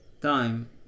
time